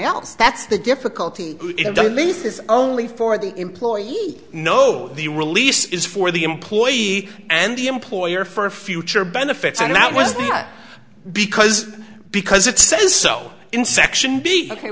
else that's the difficulty of the lease is only for the employer you know the release is for the employee and the employer for future benefits and that was that because because it says so in section be ok